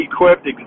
equipped